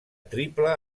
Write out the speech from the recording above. triple